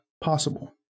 possible